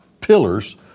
pillars